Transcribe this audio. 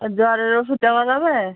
আর জ্বরের ওষুধ দেওয়া যাবে